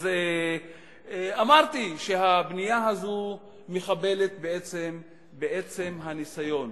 אז אמרתי שהבנייה הזאת מחבלת בעצם הניסיון